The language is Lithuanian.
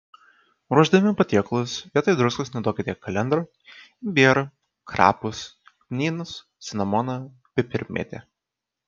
ruošdami patiekalus vietoj druskos naudokite kalendrą imbierą krapus kmynus cinamoną pipirmėtę